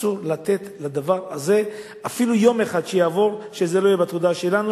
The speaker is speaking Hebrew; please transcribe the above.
אסור לתת לדבר הזה אפילו יום אחד שיעבור וזה לא יהיה בתודעה שלנו,